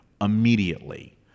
immediately